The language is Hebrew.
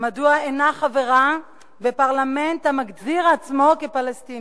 מדוע אינה חברה בפרלמנט המגדיר עצמו כפלסטיני?